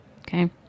Okay